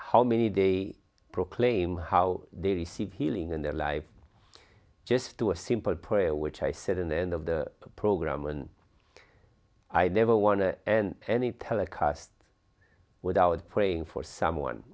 how many they proclaim how they receive healing in their lives just do a simple prayer which i said in the end of the program and i never want to end any telecast without praying for someone